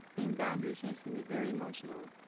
mean, boundary changes can be very emotional.